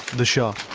the shot.